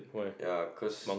ya cause